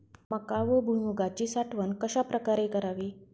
मका व भुईमूगाची साठवण कशाप्रकारे करावी?